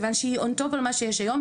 כי היא On top על מה שיש היום,